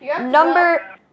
number